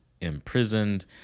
imprisoned